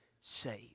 saved